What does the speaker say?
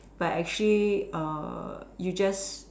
but actually err you just